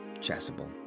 Chasuble